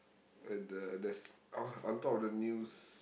uh the the s~ oh on on top of the news